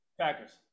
Packers